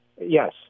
Yes